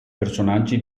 personaggi